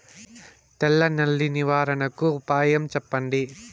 తెల్ల నల్లి నివారణకు ఉపాయం చెప్పండి?